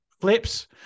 flips